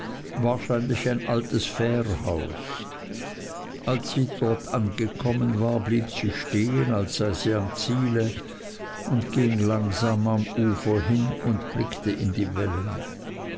wahrscheinlich ein altes fährhaus als sie dort angekommen war blieb sie stehen als sei sie am ziele und ging langsam am ufer hin und blickte in die wellen